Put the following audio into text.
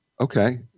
okay